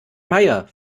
meier